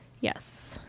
yes